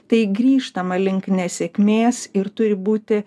tai grįžtama link nesėkmės ir turi būti